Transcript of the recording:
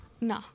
No